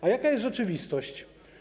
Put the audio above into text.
A jaka jest rzeczywistość?